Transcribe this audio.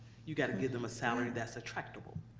you gotta give them a salary that's attractable.